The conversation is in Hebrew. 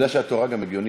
אתה לא יכול להתעסק,